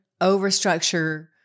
overstructure